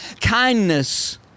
kindness